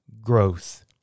growth